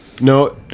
No